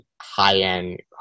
high-end